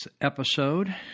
episode